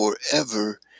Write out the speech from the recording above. forever